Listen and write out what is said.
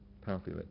powerfully